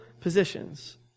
positions